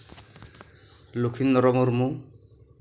Lakhindar Murmu